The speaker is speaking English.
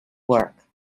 work